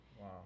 Wow